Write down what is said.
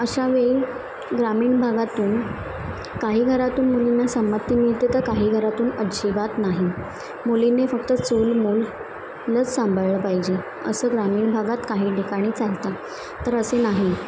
अशा वेळी ग्रामीण भागातून काही घरातून मुलींना संमती मिळते तर काही घरातून अजिबात नाही मुलींनी फक्त चूल मूलच सांभाळलं पाहिजे असं ग्रामीण भागात काही ठिकाणी चालतं तर असे नाही